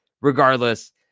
regardless